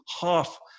half